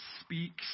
speaks